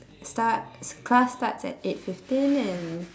start class starts at eight fifteen and